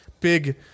Big